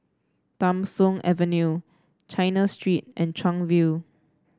Tham Soong Avenue China Street and Chuan View